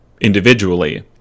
individually